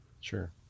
Sure